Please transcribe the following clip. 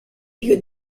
lieux